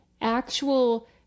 actual